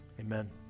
amen